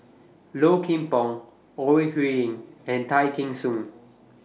Low Kim Pong Ore Huiying and Tay Kheng Soon